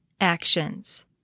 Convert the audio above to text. actions